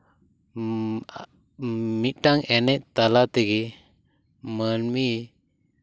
ᱢᱤᱫᱴᱟᱱ ᱮᱱᱮᱡ ᱛᱟᱞᱟ ᱛᱮᱜᱮ ᱢᱟᱹᱱᱢᱤ